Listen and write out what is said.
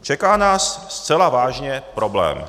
Čeká nás zcela vážně problém.